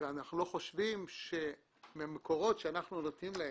אנחנו לא חושבים שממקורות שאנחנו נותנים להם,